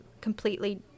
completely